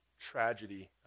tragedy